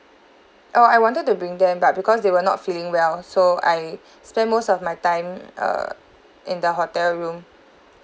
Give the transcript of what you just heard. oh I wanted to bring them but because they were not feeling well so I spent most of my time uh in the hotel room